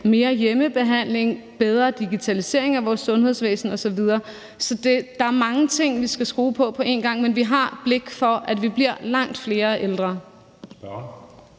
mere hjemmebehandling, bedre digitalisering af vores sundhedsvæsen osv. Så der er mange ting, vi skal skrue på på én gang, men vi har blik for, at vi bliver langt flere ældre.